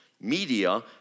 media